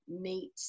meet